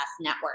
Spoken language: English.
network